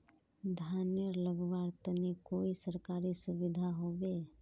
धानेर लगवार तने कोई सरकारी सुविधा होबे?